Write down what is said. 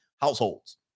households